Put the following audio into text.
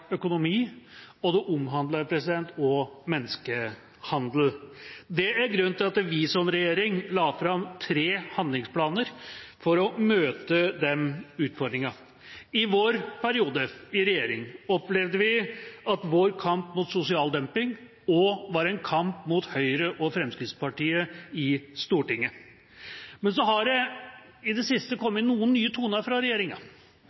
økonomi og menneskehandel. Det er grunnen til at den rød-grønne regjeringa la fram tre handlingsplaner for å møte de utfordringene. I vår regjeringsperiode opplevde vi at vår kamp mot sosial dumping også var en kamp mot Høyre og Fremskrittspartiet i Stortinget. Men i det siste har det kommet noen nye toner fra regjeringa.